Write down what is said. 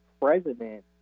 president